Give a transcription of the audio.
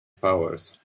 powers